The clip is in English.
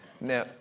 now